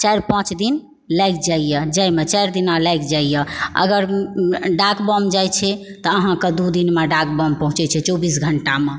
चारि पाँच दिन लागि जाइए जाइएमऽ चारि दिना लागि जाइए अगर डाक बम जाय छै तऽ अहाँकऽ दू दिनमे डाकबम पहुँचैत छै चौबीस घंटामऽ